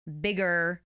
bigger